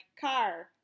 car